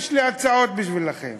יש לי הצעות בשבילכם: